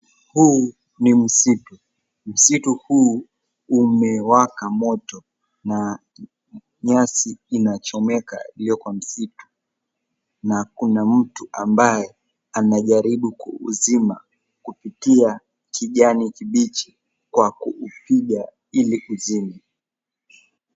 Huu ni msitu. Msitu huu umewaka moto na nyasi inachomeka iliyo kwa msitu na kuna mtu ambaye anajaribu kuuzima kupitia kijani kibichi kwa kuupiga ili kuzima.